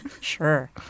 Sure